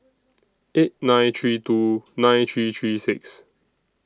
eight nine three two nine three three six